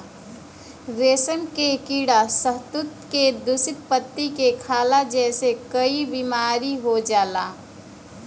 रेशम के कीड़ा शहतूत के दूषित पत्ती के खाला जेसे कई बीमारी हो जाला